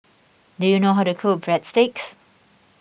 do you know how to cook Breadsticks